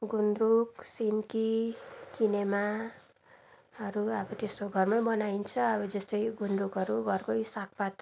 गुन्द्रुक सिन्की किनेमाहरू अब त्यस्तो घरमै बनाइन्छ अब जस्तै गुन्द्रुकहरू घरकै सागपात